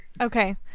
okay